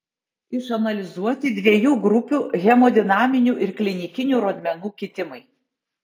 išanalizuoti dviejų grupių hemodinaminių ir klinikinių rodmenų kitimai